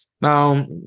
Now